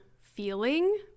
feeling